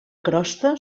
crosta